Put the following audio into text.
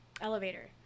elevator